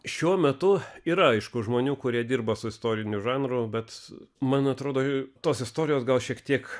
šiuo metu yra aišku žmonių kurie dirba su istoriniu žanru bet man atrodo tos istorijos gal šiek tiek